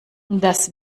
das